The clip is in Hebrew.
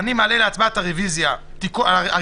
אני מעלה להצבעה את הרביזיה הראשונה,